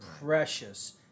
precious